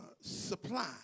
supply